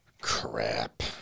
Crap